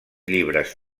llibres